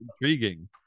intriguing